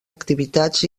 activitats